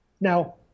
Now